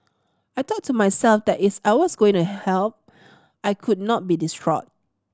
I thought to myself that is I was going to help I could not be distraught